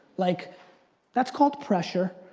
like that's called pressure.